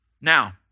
Now